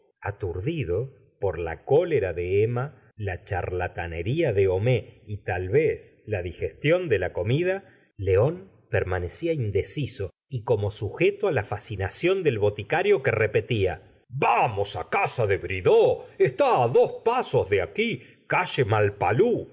aturdido por la cólera de emma la charlatanería de homais y tal vez la digestión de la comida lñ gustavo flaubrt león permanecia indeciso y como sujeto á la fascinación del boticario que repetía vamos á casa de bridou x está á dos pasos de aquí calle malpalu